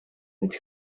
het